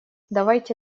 давайте